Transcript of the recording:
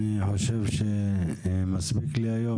אני חושב שמספיק לנו להיום,